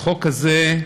החוק הזה,